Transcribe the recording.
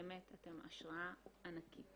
באמת, אתם השראה ענקית.